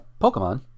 Pokemon